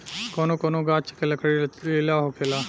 कौनो कौनो गाच्छ के लकड़ी लचीला होखेला